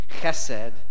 Chesed